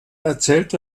erzählt